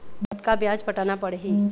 कतका ब्याज पटाना पड़ही?